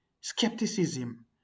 skepticism